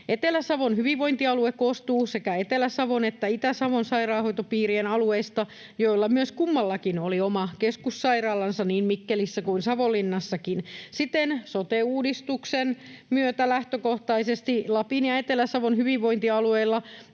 Etelä-Savon hyvinvointialue koostuu sekä Etelä-Savon että Itä-Savon sairaanhoitopiirien alueista, joilla myös kummallakin oli oma keskussairaalansa niin Mikkelissä kuin Savonlinnassakin. Siten sote-uudistuksen myötä lähtökohtaisesti Lapin ja Etelä-Savon hyvinvointialueilla